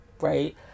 right